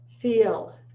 Feel